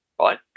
right